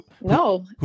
No